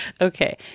Okay